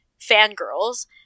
fangirls